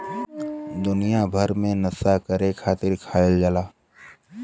दुनिया भर मे नसा करे खातिर खायल जाला